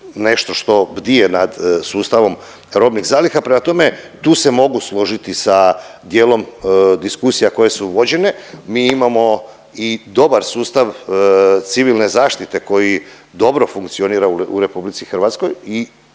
nešto što bdije nad sustavom robnim zaliha. Prema tome tu se mogu složiti sa dijelom diskusija koje su vođene. Mi imamo i dobar sustav civilne zaštite koji dobro funkcionira u RH i